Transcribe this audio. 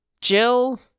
Jill